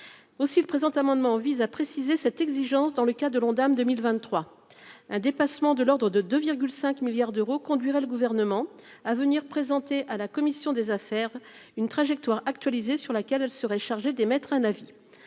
aussi le présent amendement vise à préciser cette exigence dans le cas de l'Ondam 2023 un dépassement de l'Ordre de de 5 milliards d'euros conduirait le gouvernement à venir présenter à la commission des affaires une trajectoire sur laquelle elle serait chargée d'émettre un avis